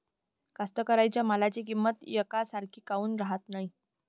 कास्तकाराइच्या मालाची किंमत यकसारखी काऊन राहत नाई?